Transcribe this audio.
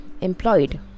employed